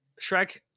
Shrek